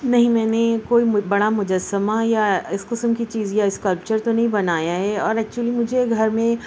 نہیں میں نے کوئی بڑا مجسمہ یا اس قسم کی چیز یا اسکلچر تو نہیں بنایا ہے اور ایکچولی مجھے گھر میں